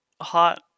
hot